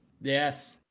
Yes